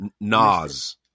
Nas